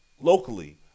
locally